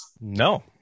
no